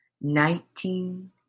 nineteen